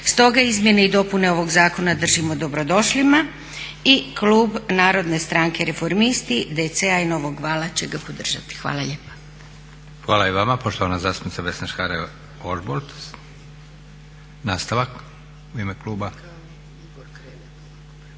Stoga izmjene i dopune ovog zakona držimo dobrodošlima i klub Narodne stranke reformisti, DC-a i Novog vala će ga podržati. Hvala lijepa. **Leko, Josip (SDP)** Hvala i vama. Poštovana zastupnica Vesna Škare-Ožbolt, nastavak u ime kluba.